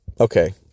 Okay